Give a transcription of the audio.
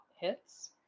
hits